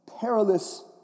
perilous